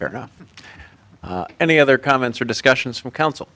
they are not any other comments or discussions from counsel